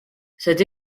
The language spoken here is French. cette